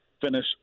finish